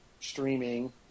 streaming